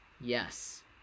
yes